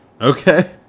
Okay